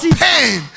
pain